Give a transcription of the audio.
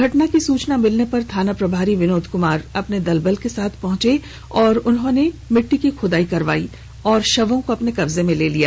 घटना की सूचना मिलने पर थाना प्रभारी विनोद कमार अपने दल बल के साथ पहंचे और मिटटी की खुदाई की और शव को कब्जे में ले लिया